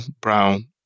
brown